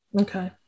Okay